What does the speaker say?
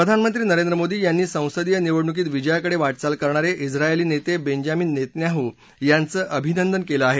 प्रधानमंत्री नरेंद्र मोदी यांनी संसदीय निवडणूकीत विजयाकडे वाटचाल करण्यारे उंत्रायली नेते बेंजामिन नेतन्याहू यांचं अभिनंदन केलं आहे